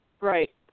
Right